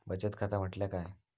बचत खाता म्हटल्या काय?